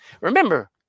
Remember